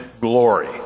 glory